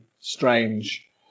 strange